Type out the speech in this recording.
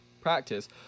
practice